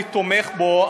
אני תומך בו,